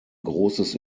großes